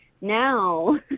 Now